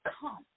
come